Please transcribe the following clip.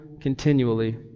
continually